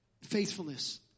faithfulness